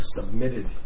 submitted